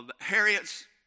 Harriet's